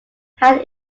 had